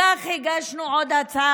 כך הגשנו עוד הצעה,